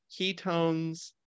ketones